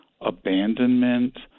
abandonment